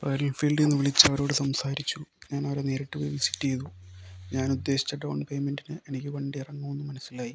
royal എൻഫീൽഡിൽ നിന്നെന്നെ വിളിച്ചു അവരോട് സംസാരിച്ചു ഞാനവരെ നേരിട്ട് പോയി വിസിറ്റെയ്തു ഞാനുദ്ദേശിച്ച ഡൗൺ പേയ്മെൻ്റിന് എനിക്ക് വണ്ടി ഇറങ്ങുമെന്ന് മനസിലായി